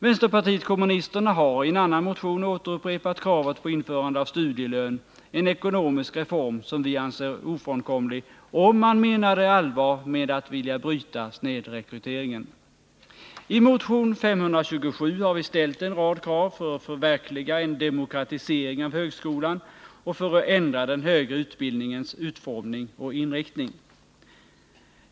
Vänsterpartiet kommunisterna har i en annan motion upprepat kravet på införande av studielön, en ekonomisk reform som vi anser ofrånkomlig om man menar allvar med att vilja bryta snedrekryteringen. I motion 527 har vi ställt en rad krav för att förverkliga en demokratisering av högskolan och för att ändra den högre utbildningens utformning och inriktning.